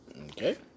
Okay